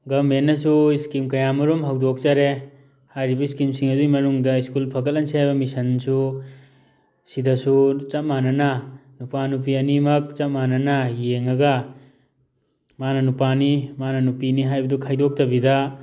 ꯒꯃꯦꯟꯅꯁꯨ scheme ꯀꯌꯥꯃꯔꯨꯝ ꯍꯧꯗꯣꯛꯆꯔꯦ ꯍꯥꯏꯔꯤꯕ ꯏꯁꯀꯤꯝꯁꯤꯡ ꯑꯗꯨꯒꯤ ꯃꯅꯨꯡꯗ ꯏꯁꯀꯨꯜ ꯐꯒꯠꯈꯅꯁꯤ ꯍꯥꯏꯕ ꯃꯤꯁꯟꯁꯨ ꯑꯁꯤꯗꯁꯨ ꯆꯞ ꯃꯥꯟꯅꯅ ꯅꯨꯄꯥ ꯅꯨꯄꯤ ꯑꯅꯤꯃꯛ ꯆꯞ ꯃꯥꯟꯅꯅ ꯌꯦꯡꯉꯒ ꯃꯥꯅ ꯅꯨꯄꯥꯅꯤ ꯃꯥꯅ ꯅꯨꯄꯤꯅꯤ ꯍꯥꯏꯕꯗꯨ ꯈꯥꯏꯗꯣꯛꯇꯕꯤꯗ